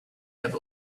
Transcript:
have